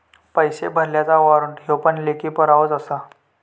पैशे भरलल्याचा वाॅरंट ह्यो पण लेखी पुरावोच आसा